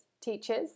teachers